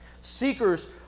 Seekers